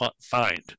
find